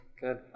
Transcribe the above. Good